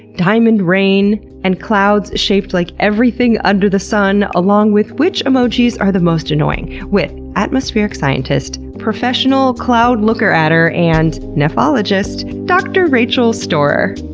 diamond rain and clouds shaped like everything under the sun along with which emojis are the most annoying? with atmospheric scientist, professional cloud looker-atter and nephologist dr. rachel storer.